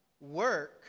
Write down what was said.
work